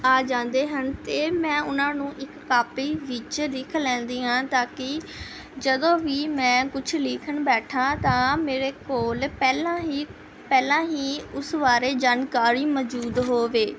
ਆ ਜਾਂਦੇ ਹਨ ਅਤੇ ਮੈਂ ਉਹਨਾਂ ਨੂੰ ਇੱਕ ਕਾਪੀ ਵਿੱਚ ਲਿਖ ਲੈਂਦੀ ਹਾਂ ਤਾਂ ਕਿ ਜਦੋਂ ਵੀ ਮੈਂ ਕੁੱਛ ਲਿਖਣ ਬੈਠਾ ਤਾਂ ਮੇਰੇ ਕੋਲ ਪਹਿਲਾਂ ਹੀ ਪਹਿਲਾਂ ਹੀ ਉਸ ਬਾਰੇ ਜਾਣਕਾਰੀ ਮੌਜੂਦ ਹੋਵੇ